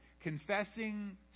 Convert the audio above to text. confessing